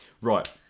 Right